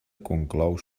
conclou